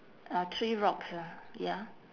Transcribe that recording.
uh three rocks ah ya